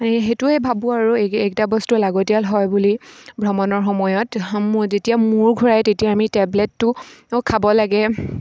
সেইটোৱে ভাবোঁ আৰু এইকেইটা বস্তু লাগতিয়াল হয় বুলি ভ্ৰমণৰ সময়ত যেতিয়া মূৰ ঘূৰাই তেতিয়া আমি টেবলেটটো খাব লাগে